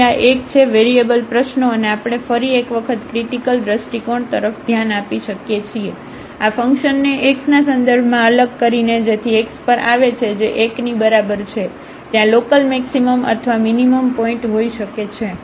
તેથી આ 1 છે વેરિયેબલ પ્રશ્નો અને આપણે ફરી એક વખત ક્રિટીકલ દ્રષ્ટિકોણ તરફ ધ્યાન આપી શકીએ છીએ આ ફંકશનને xના સંદર્ભમાં અલગ કરીને જેથી x પર આવે છે જે 1 ની બરાબર છે ત્યાં લોકલમેક્સિમમ અથવા મીનીમમ પોઇન્ટ હોઈ શકે છે